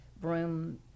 broom